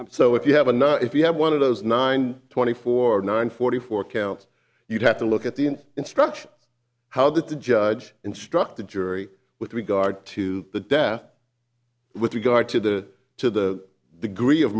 so if you have another if you have one of those nine twenty four nine forty four counts you have to look at the instruction how the judge instructed jury with regard to the death with regard to the to the degree of